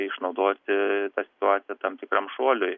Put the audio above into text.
išnaudoti situaciją tam tikram šuoliui